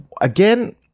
again